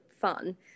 fun